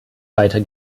weiter